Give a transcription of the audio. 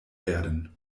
werden